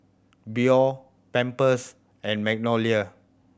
Biore Pampers and Magnolia